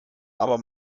aber